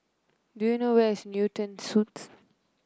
do you know where is Newton Suites